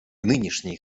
нынешней